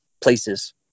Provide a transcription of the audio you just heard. places